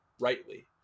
rightly